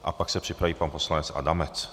A pak se připraví pan poslanec Adamec.